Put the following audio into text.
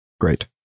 Great